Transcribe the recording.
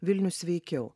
vilnius sveikiau